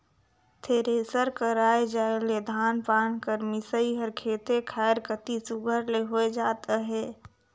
thresher कर आए जाए ले धान पान कर मिसई हर खेते खाएर कती सुग्घर ले होए जात अहे